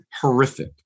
horrific